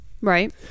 Right